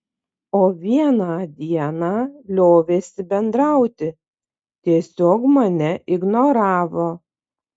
o vieną dieną liovėsi bendrauti tiesiog mane ignoravo